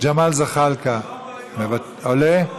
ג'מאל זחאלקה, עולה?